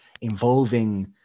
involving